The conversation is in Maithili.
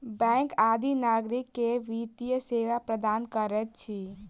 बैंक आदि नागरिक के वित्तीय सेवा प्रदान करैत अछि